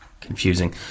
Confusing